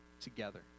together